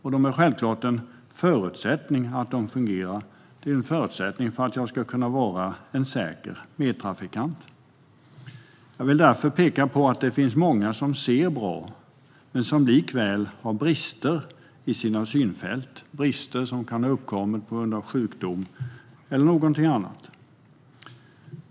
Att våra sinnen fungerar är självklart en förutsättning för att vi ska kunna vara säkra medtrafikanter. Jag vill därför peka på att det finns många som ser bra men som likväl har brister i synfältet, brister som kan ha uppkommit på grund av sjukdom eller någonting annat.